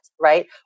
right